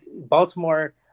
Baltimore